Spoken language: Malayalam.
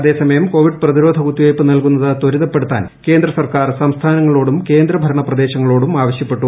അതേസമയം കോവിഡ് പ്രതിരോധ ക്രിക്കുത്തിവെപ്പ് നൽകുന്നത് ത്വരിതപ്പെടുത്താൻ കേന്ദ്ര സർക്കാർ സ്ംസ്ഥാനങ്ങളോടും കേന്ദ്ര ഭരണ പ്രദേശങ്ങളോടും ആവശ്യ്പ്പെട്ടു